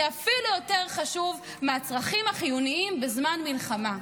זה אפילו יותר חשוב מהצרכים החיוניים בזמן מלחמה.